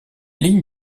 lignes